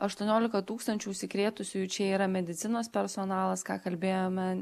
aštuoniolika tūkstančių užsikrėtusiųjų čia yra medicinos personalas ką kalbėjome